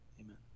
Amen